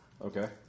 Okay